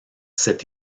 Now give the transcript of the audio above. s’est